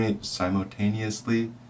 simultaneously